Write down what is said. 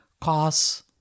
costs